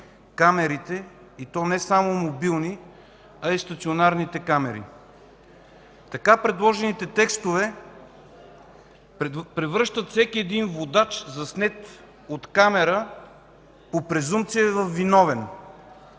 камерите, и то не само мобилните, а и стационарните. Предложените текстове превръщат всеки водач, заснет от камера, по презумпция във виновен.